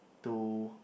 to